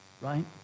right